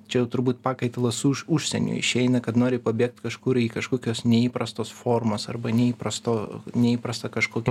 čia jau turbūt pakaitalas užsieniui išeina kad nori pabėgt kažkur į kažkokios neįprastos formos arba neįprasto neįprastą kažkokį